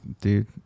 dude